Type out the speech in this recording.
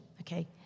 okay